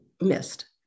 missed